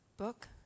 book